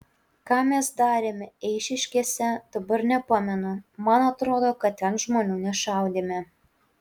ką mes darėme eišiškėse dabar nepamenu man atrodo kad ten žmonių nešaudėme